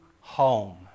home